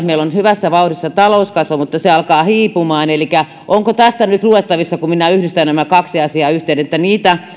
meillä on hyvässä vauhdissa talouskasvu mutta se alkaa hiipumaan elikkä onko tästä nyt luettavissa kun minä yhdistän nämä kaksi asiaa yhteen että